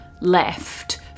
left